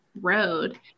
road